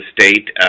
state